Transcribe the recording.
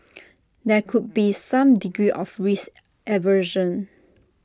there could be some degree of risk aversion